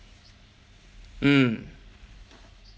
mm